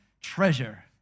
treasure